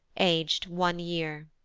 aged one year.